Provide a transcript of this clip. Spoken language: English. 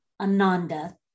Ananda